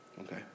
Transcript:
Okay